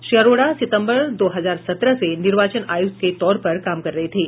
श्री अरोड़ा सितंबर दो हजार सत्रह से निर्वाचन आयुक्त के तौर पर काम कर रहे थे